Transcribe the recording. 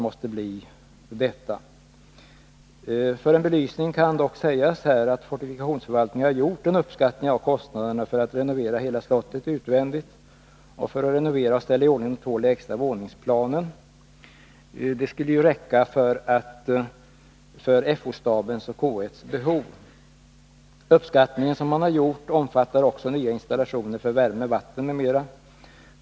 För att belysa frågan vill jag nämna att fortifikationsförvaltningen har gjort en uppskattning av kostnaderna för att renovera hela slottet utvändigt och för att renovera och ställa i ordning de två lägsta våningsplanen — det skulle räcka för Fo-stabens och K 1:s behov. Den uppskattning som man gjort omfattar också nya installationer för värme, vatten m.m.